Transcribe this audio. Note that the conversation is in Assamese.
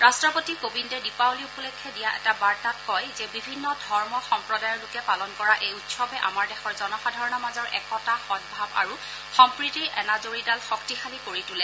ৰট্টপতি কোবিন্দে দীপাৱলী উপলক্ষে দিয়া এটা বাৰ্তাত কয় যে বিভিন্ন ধৰ্ম সম্প্ৰদায়ৰ লোকে পালন কৰা এই উৎসৱে আমাৰ দেশৰ জনসাধাৰণৰ মাজৰ একতা সদভাৱ আৰু সম্প্ৰীতিৰ এনাজৰীডাল শক্তিশালী কৰি তোলে